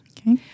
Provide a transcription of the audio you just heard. Okay